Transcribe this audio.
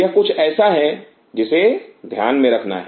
यह कुछ ऐसा है जिसे ध्यान में रखना है